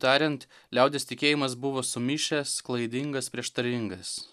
tariant liaudies tikėjimas buvo sumišęs klaidingas prieštaringas